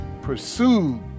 pursued